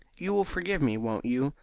you will forgive me, won't you,